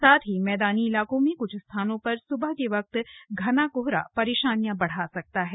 साथ ही मैदानी इलाकों में कुछ स्थानों पर स्बह के वक्त घना कोहरा परेशानी बढ़ा सकता है